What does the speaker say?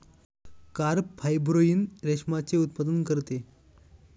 carp fibroin रेशमाचे उत्पादन करते